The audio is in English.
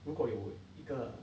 如果有一个